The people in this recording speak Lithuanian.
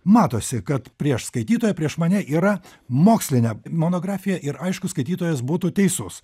matosi kad prieš skaitytoją prieš mane yra mokslinė monografija ir aišku skaitytojas būtų teisus